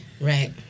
right